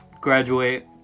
Graduate